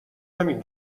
همین